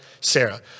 Sarah